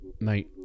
mate